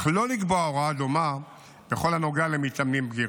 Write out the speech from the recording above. אך לא לקבוע הוראה דומה בכל הנוגע למתאמנים בגירים.